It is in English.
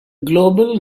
global